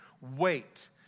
Wait